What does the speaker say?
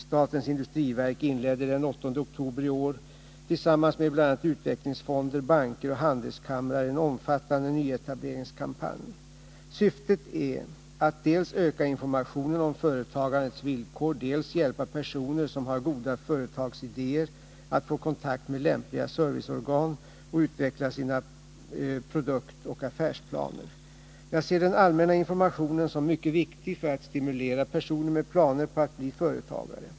Statens industriverk inledde den 8 oktober i år, tillsammans med bl.a. utvecklingsfonder, banker och handelskamrar, en omfattande nyetableringskampanj. Syftet är att dels öka informationen om företagandets villkor, dels hjälpa personer som har goda företagsidéer att få kontakt med lämpliga serviceorgan och utveckla sina produktoch affärsplaner. Jag ser den allmänna informationen som mycket viktig för att stimulera personer med planer på att bli företagare.